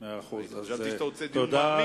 בבקשה, דיון במליאה.